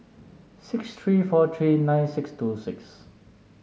six three four three nine six two six